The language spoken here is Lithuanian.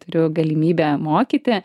turiu galimybę mokyti